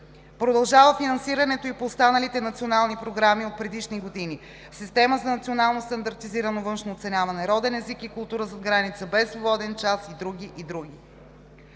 Продължава финансирането и по останалите национални програми от предишни години: „Система за национално стандартизирано външно оценяване“, „Роден език и култура зад граница“, „Без свободен час“ и други, и други.